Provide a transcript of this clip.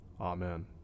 Amen